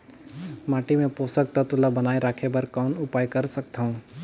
माटी मे पोषक तत्व ल बनाय राखे बर कौन उपाय कर सकथव?